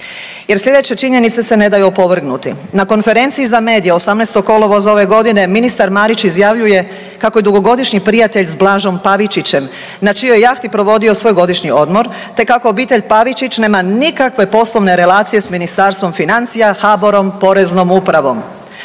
Jer sljedeće činjenice se ne daju opovrgnuti. Na konferenciji za medije 18. kolovoza ove godine, ministar Marić izjavljuje kako je dugogodišnji prijatelj s Blažom Pavičićem, na čijoj je jahti provodio svoj godišnji odmor, te kako obitelj Pavičić nema nikakve poslovne relacije s Ministarstvom financija, HBOR-om, Poreznom upravom.